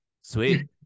Sweet